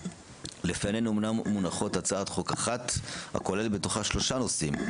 לפנינו מונחת הצעת חוק אחת הכוללת בתוכה שלושה נושאים,